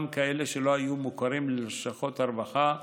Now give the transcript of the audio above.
גם כאלה שלא היו מוכרים ללשכות הרווחה,